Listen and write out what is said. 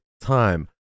time